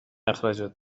اخراجت